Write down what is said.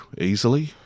easily